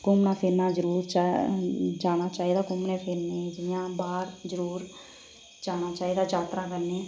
घुम्मना फिरना जरूर जाना चाहिदा घुम्मनै फिरने गी जि'यां बाहर जरूर जाना चाहिदा जात्तरा करने गी